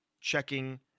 checking